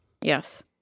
Yes